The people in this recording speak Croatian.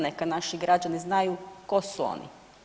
Neka naši građani znaju tko su oni.